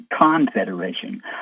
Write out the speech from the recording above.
Confederation